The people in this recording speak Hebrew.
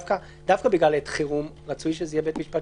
דווקא בעת חירום רצוי שזה יהיה בית משפט